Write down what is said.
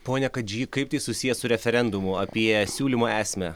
pone kadžy kaip tai susiję su referendumu apie siūlymo esmę